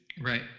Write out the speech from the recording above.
Right